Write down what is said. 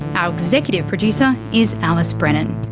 our executive producer is alice brennan.